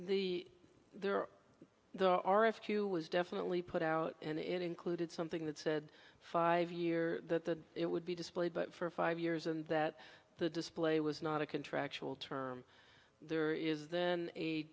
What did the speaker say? the there are there are a few was definitely put out and it included something that said five year that it would be displayed but for five years and that the display was not a contractual term there is then a